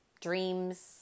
dreams